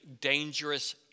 dangerous